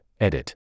Edit